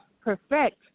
perfect